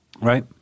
right